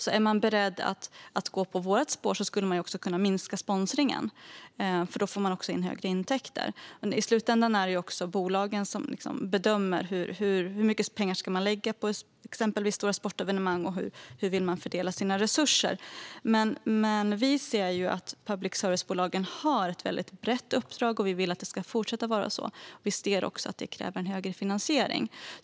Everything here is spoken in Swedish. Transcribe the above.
Om man är beredd att gå på vårt spår skulle man kunna minska sponsringen därför att det blir större intäkter. Men i slutändan är det bolagen som bedömer hur mycket pengar de ska lägga på exempelvis större sportevenemang och hur de vill fördela sina resurser. Vi ser att public service-bolagen har ett brett uppdrag, och vi vill att det ska fortsätta att vara så. Vi ser att det kräver en större finansiering.